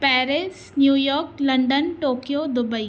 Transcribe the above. Paris New York London Tokyo Dubai